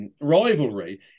rivalry